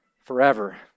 forever